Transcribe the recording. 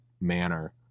manner